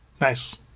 Nice